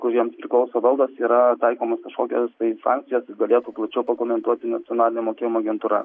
kuriems priklauso valdos yra taikomos kažkokios tai sankcijos galėtų plačiau pakomentuoti nacionalinė mokėjimo agentūra